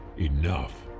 enough